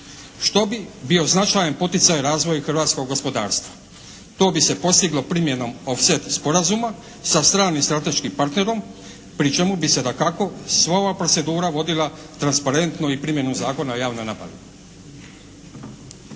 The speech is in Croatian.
što bi bio značajan poticaj u razvoju hrvatskog gospodarstva. To bi se postiglo primjenom "offset sporazuma" sa stranim strateškim partnerom pri čemu bi se dakako sva ova procedura vodila transparentno i primjenom Zakona o javnoj nabavi.